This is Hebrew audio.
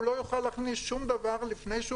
הוא לא יוכל להכניס שום דבר לפני שהוא